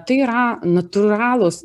tai yra natūralūs